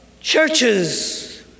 churches